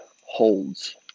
holds